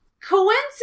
Coincidence